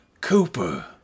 Cooper